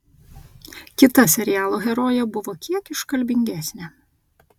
kita serialo herojė buvo kiek iškalbingesnė